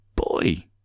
Boy